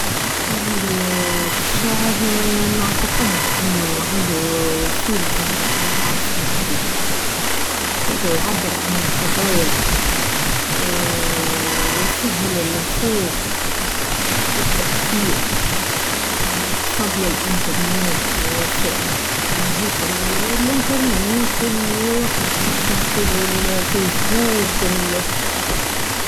والشعر نعتقد أنه عنده صيلة هنا بالعصر الحديث حيث يعبر عن القضايا ويسهل الوصول والتأثير بفضل الانترنت ووسائل الانترنت وكما نحنا نقولو و الفيسبوك.